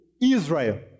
Israel